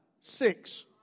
six